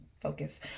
focus